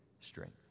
strength